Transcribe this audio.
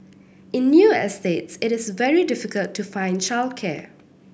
in new estates it is very difficult to find childcare